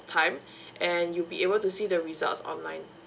time and you'll be able to see the results online